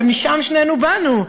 הרי משם שנינו באנו.